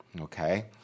okay